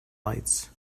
lights